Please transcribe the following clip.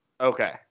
Okay